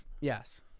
Yes